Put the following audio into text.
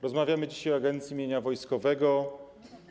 Rozmawiamy dzisiaj o Agencji Mienia Wojskowego.